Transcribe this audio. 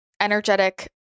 energetic